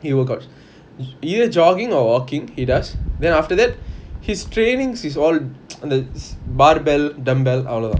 he will go either jogging or walking he does then after that his training is all it's barbells dumbbell அவ்ளோ தான்:avlo thaan